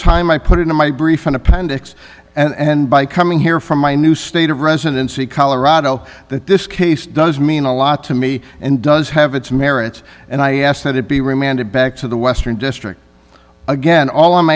time i put in my brief and appendix and by coming here from my new state of residency colorado that this case does mean a lot to me and does have its merits and i ask that it be remanded back to the western district again all i'm